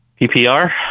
PPR